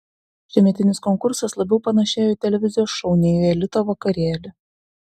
šiemetinis konkursas labiau panašėjo į televizijos šou nei į elito vakarėlį